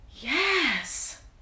Yes